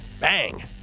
Bang